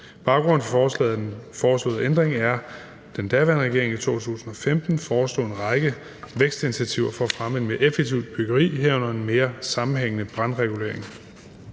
Baggrunden for den foreslåede ændring er, at den daværende regering i 2015 foreslog en række vækstinitiativer for at fremme et mere effektivt byggeri, herunder en mere sammenhængende brandregulering.